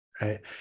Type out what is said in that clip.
right